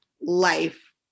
life